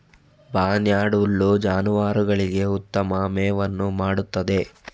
barnyard ಹುಲ್ಲು ಜಾನುವಾರುಗಳಿಗೆ ಉತ್ತಮ ಮೇವನ್ನು ಮಾಡುತ್ತದೆ